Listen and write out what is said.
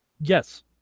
Yes